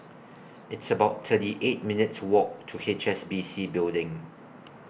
It's about thirty eight minutes' Walk to H S B C Building